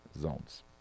zones